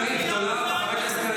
קריב, תודה רבה לך.